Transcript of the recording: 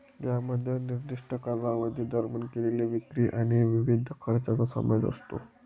यामध्ये निर्दिष्ट कालावधी दरम्यान केलेल्या विक्री आणि विविध खर्चांचा समावेश असतो